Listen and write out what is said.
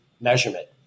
measurement